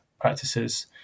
practices